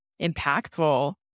impactful